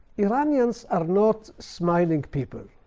iranians are not smiling people.